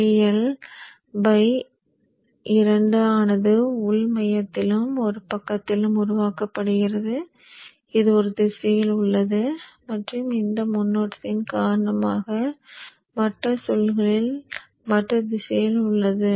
nIL 2 ஆனது உள் மையத்திலும் ஒரு பக்கத்திலும் உருவாக்கப்படுகிறது இது ஒரு திசையில் உள்ளது மற்றும் இந்த மின்னோட்டத்தின் காரணமாக மற்ற சுருள்களில் மற்ற திசையில் உள்ளது